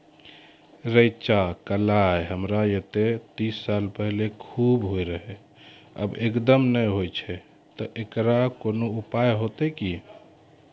रेचा, कलाय हमरा येते तीस साल पहले खूब होय रहें, अब एकदम नैय होय छैय तऽ एकरऽ कोनो उपाय हेते कि?